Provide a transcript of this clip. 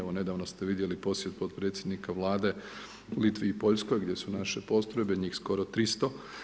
Evo nedavno ste vidjeli posjet potpredsjednika Vlade Litvi i Poljskoj gdje su naše postrojbe, njih skoro 300.